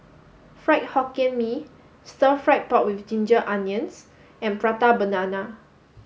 Fried Hokkien Mee Stir Fry Pork with Ginger Onions and Prata Banana